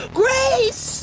grace